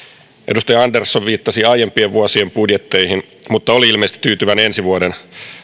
edustaja andersson viittasi aiempien vuosien budjetteihin mutta oli ilmeisesti tyytyväinen ensi vuoden